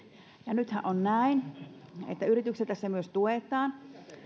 nythän on näin että yrityksiä tässä myös tuetaan